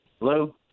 Hello